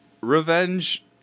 revenge